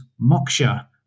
moksha